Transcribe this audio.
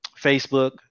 facebook